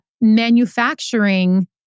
manufacturing